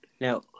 Now